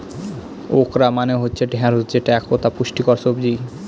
okra মানে হচ্ছে ঢ্যাঁড়স যেটা একতা পুষ্টিকর সবজি